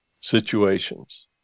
situations